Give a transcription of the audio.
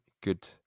good